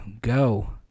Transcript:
go